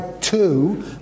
two